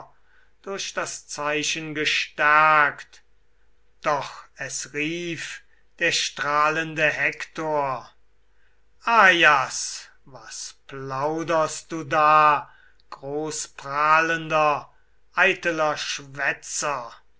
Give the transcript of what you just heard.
durch das zeichen gestärkt doch es rief der strahlende hektor ajas was plauderst du da großprahlender eiteler schwätzer